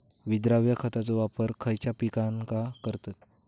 विद्राव्य खताचो वापर खयच्या पिकांका करतत?